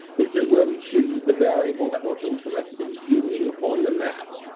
this is where we choose the variable that we are interested in viewing on the map.